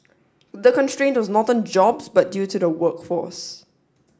the constraint was not on jobs but due to the workforce